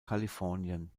kalifornien